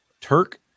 Turk